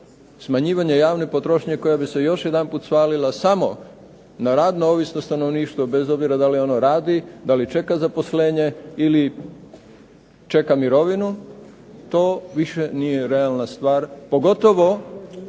smanjivanje javne potrošnje koja bi se još jedanput svalila samo na radno ovisno stanovništvo bez obzira da li ono radi, da li čeka zaposlenje ili čeka mirovinu to više nije realna stvar. Pogotovo